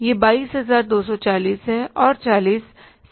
यह 22240 है और 40 सही है